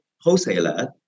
wholesaler